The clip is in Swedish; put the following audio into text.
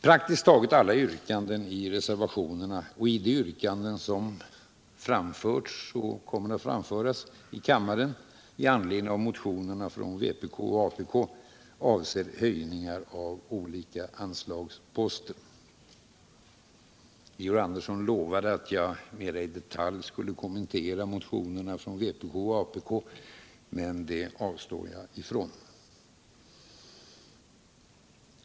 Praktiskt taget alla yrkanden i reservationerna och de yrkanden som framförts och kommer att framföras i kammaren med anledning av motionerna från vpk och apk avser höjningar av olika anslagsposter. Georg Andersson lovade att jag mera i detalj skulle kommentera motionerna från vpk och apk, men det avstår jag från.